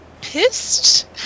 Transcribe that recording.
pissed